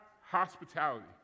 hospitality